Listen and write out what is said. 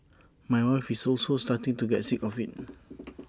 my wife is also starting to get sick of IT